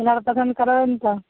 colour पसन्द करबै ने तऽ